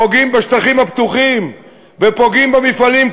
פוגעים בשטחים הפתוחים ופוגעים במפעלים,